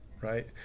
right